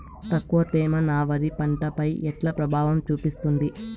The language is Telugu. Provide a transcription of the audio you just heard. తక్కువ తేమ నా వరి పంట పై ఎట్లా ప్రభావం చూపిస్తుంది?